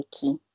key